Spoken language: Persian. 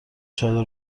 چادر